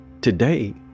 today